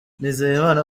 nizeyimana